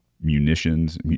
munitions